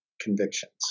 convictions